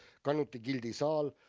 kanuti gildi saal.